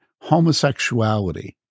homosexuality